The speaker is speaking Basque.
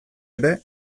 ere